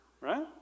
right